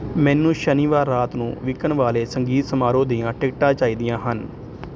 ਮੈਨੂੰ ਸ਼ਨੀਵਾਰ ਰਾਤ ਨੂੰ ਵਿਕਣ ਵਾਲੇ ਸੰਗੀਤ ਸਮਾਰੋਹ ਦੀਆਂ ਟਿਕਟਾਂ ਚਾਹੀਦੀਆਂ ਹਨ